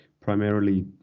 primarily